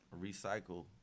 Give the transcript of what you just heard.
recycle